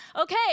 Okay